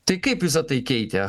tai kaip visa tai keitė